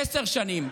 עשר שנים.